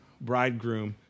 bridegroom